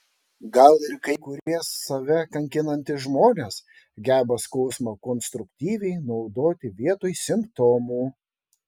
gal ir kai kurie save kankinantys žmonės geba skausmą konstruktyviai naudoti vietoj simptomų